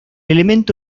elemento